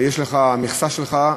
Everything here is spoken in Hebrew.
המכסה שלך,